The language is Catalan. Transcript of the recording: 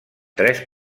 tres